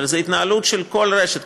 אבל זו התנהלות של כל רשת.